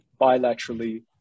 bilaterally